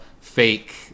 fake